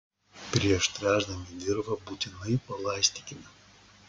prieš tręšdami dirvą būtinai palaistykime